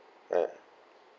ya